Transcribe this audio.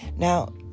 Now